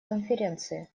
конференции